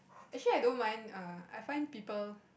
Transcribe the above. actually I don't mind err I find people